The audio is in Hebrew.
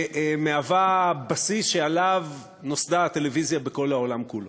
ומהווה בסיס שעליו נוסדה הטלוויזיה בכל העולם כולו.